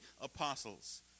apostles